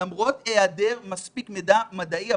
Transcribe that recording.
למרות היעדר מספיק מידע מדעי,